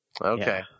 Okay